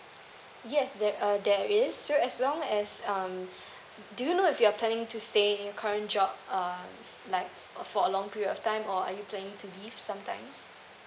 yes that uh there is so as long as um do you know if you're planning to stay in your current job uh like for a long period of time or are you planning to leave some time